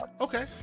Okay